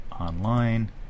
Online